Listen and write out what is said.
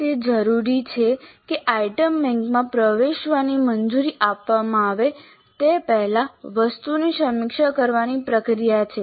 તે જરૂરી છે કે આઇટમ બેંકમાં પ્રવેશવાની મંજૂરી આપવામાં આવે તે પહેલાં વસ્તુઓની સમીક્ષા કરવાની પ્રક્રિયા છે